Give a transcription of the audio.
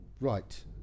right